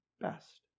best